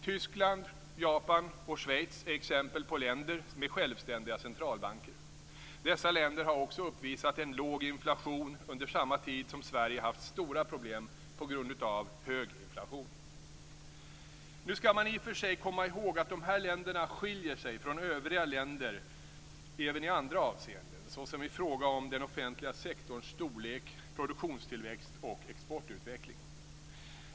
Tyskland, Japan och Schweiz är exempel på länder med självständiga centralbanker. Dessa länder har också uppvisat en låg inflation under samma tid som Sverige haft stora problem på grund av hög inflation. Nu skall man i och för sig komma ihåg att dessa länder skiljer sig från övriga länder även i andra avseenden såsom i fråga om den offentliga sektorns storlek, produktionstillväxt och exportutveckling.